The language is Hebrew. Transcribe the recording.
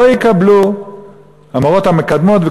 לא יקבלו את המורות המקדמות,